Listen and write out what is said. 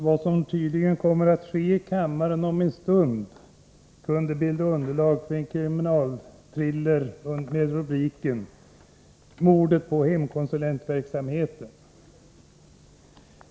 ; G e SNR ETS ST RNE ; SR Me FRE ae ske öd SM E Avveckling av den unde bilda underlag för en siming thri er med rubriken ”Mordet p regionala hemkonhemkonsulentverksamheten”.